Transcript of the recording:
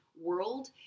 world